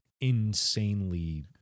insanely